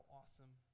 awesome